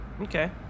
Okay